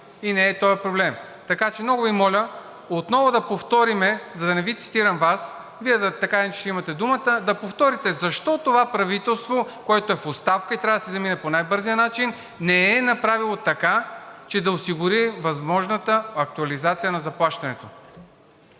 и не е този проблем. Така че много Ви моля отново да повторим, за да не Ви цитирам Вас, Вие така или иначе ще имате думата, да повторите защо това правителство, което е в оставка и трябва да си замине по най-бързия начин, не е направило така, че да осигури възможната актуализация на заплащането?